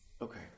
Okay